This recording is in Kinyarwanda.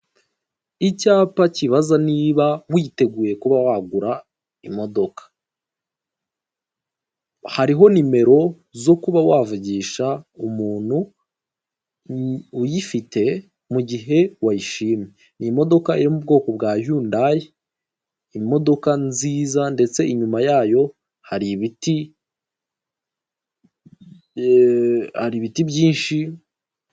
Icyapa kibaza niba witeguye kuba wagura imodoka, hariho nimero zo kuba wavugisha umuntu uyifite mu gihe wayishimye. Ni imodoka yo mu bwoko bwa yundayi imodoka nziza ndetse inyuma yayo hari ibiti byinshi.